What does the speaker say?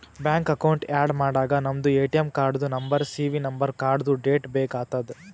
bank account add ಮಾಡಾಗ ನಮ್ದು ATM ಕಾರ್ಡ್ದು ನಂಬರ್ ಸಿ.ವಿ ನಂಬರ್ ಕಾರ್ಡ್ದು ಡೇಟ್ ಬೇಕ್ ಆತದ್